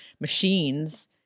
machines